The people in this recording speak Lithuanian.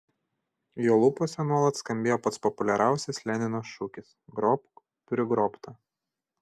jo lūpose nuolat skambėjo pats populiariausias lenino šūkis grobk prigrobtą